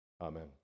Amen